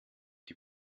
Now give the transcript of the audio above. die